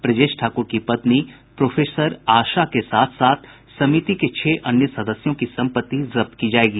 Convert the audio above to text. ब्रजेश ठाकुर की पत्नी प्रोफेसर आशा के साथ साथ समिति के छह अन्य सदस्यों की सम्पत्ति जब्त की जायेगी